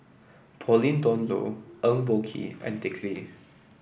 Pauline Dawn Loh Eng Boh Kee and Dick Lee